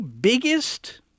biggest